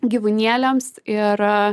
gyvūnėliams ir